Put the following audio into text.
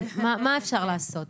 מה אפשר לעשות?